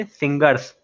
singers